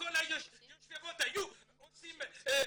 כל ה --- היו עושים ירידים,